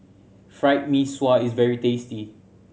Fried Mee Sua is very tasty